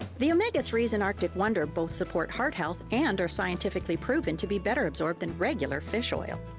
the omega three s in arctic wonder, both support heart health and are scientifically proven to be better absorbed than regular fish oil.